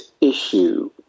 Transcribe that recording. issue